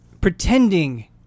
pretending